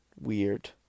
weird